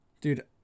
Dude